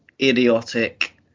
idiotic